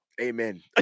Amen